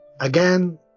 Again